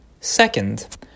Second